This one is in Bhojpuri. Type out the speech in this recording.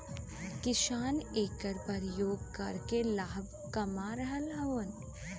किसान एकर परियोग करके लाभ कमा रहल हउवन